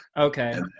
Okay